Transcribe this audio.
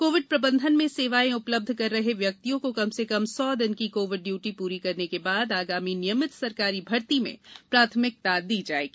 Covid प्रबंधन में सेवाएं उपलब्ध कर रहे व्यक्तियों को कम से कम सौ दिन की कोविड ड्यूटी पूरी करने के बाद आगामी नियमित सरकारी भर्ती में प्राथमिकता दी जाएगी